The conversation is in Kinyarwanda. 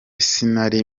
sinari